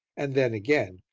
and then, again,